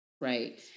right